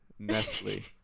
Nestle